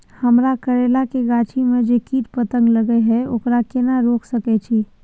हमरा करैला के गाछी में जै कीट पतंग लगे हैं ओकरा केना रोक सके छी?